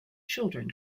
children